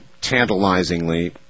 Tantalizingly